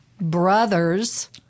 brother's